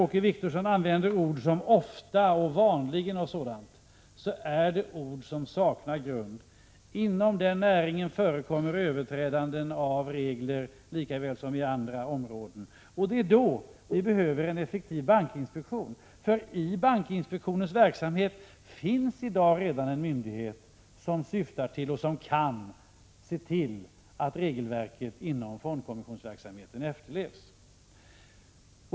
Åke Wictorsson använder ord som ”ofta” och ”vanligen”, och det är ord som saknar grund. Inom denna näring förekommer överträdanden av regler likaväl som på andra områden, och då behövs en effektiv bankinspektion. I dess verksamhet finns nämligen redan i dag en myndighet som syftar till och som kan se till att regelverket inom fondkommissionsverksamheten efterlevs.